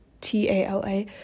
T-A-L-A